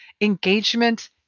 engagement